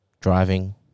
driving